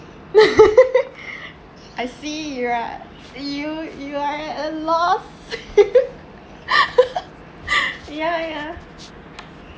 I see you're you you are at a loss ya ya